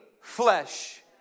flesh